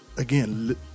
Again